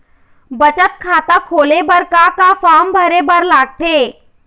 बचत खाता खोले बर का का फॉर्म भरे बार लगथे?